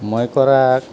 মই কৰা